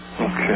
Okay